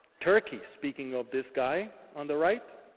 turkey, speaking of this guy, on the right,